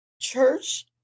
church